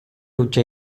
hutsa